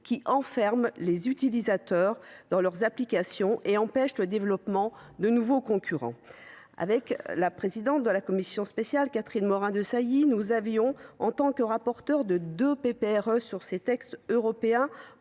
qui enferment les utilisateurs dans leurs applications et empêchent le développement de nouveaux concurrents. Avec la présidente de la commission spéciale, Catherine Morin Desailly, nous avions, en tant que rapporteures de deux propositions de résolution